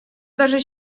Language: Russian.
даже